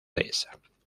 dehesa